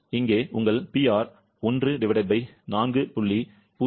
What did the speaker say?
இங்கே உங்கள் PR 14